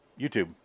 YouTube